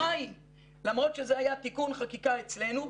למרות שזה היה תיקון חקיקה אצלנו,